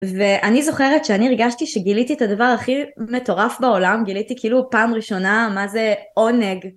ואני זוכרת שאני הרגשתי שגיליתי את הדבר הכי מטורף בעולם, גיליתי כאילו פעם ראשונה מה זה עונג.